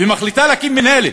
ומחליטה להקים מינהלת.